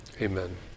Amen